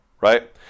right